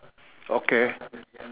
okay